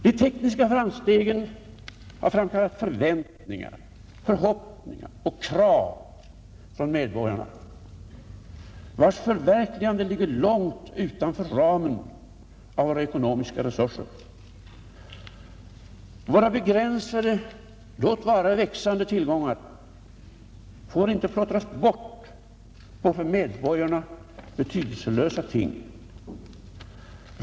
De tekniska framstegen har framkallat förväntningar, förhoppningar och krav från medborgarna, vilkas förverkligande ligger långt utanför ramen av våra ekonomiska resurser. Våra begränsade — låt vara växande — tillgångar får inte plottras bort på för medborgarna betydelselösa ting.